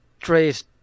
trace